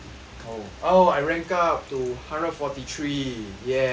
oh I rank up to hundred and forty three yes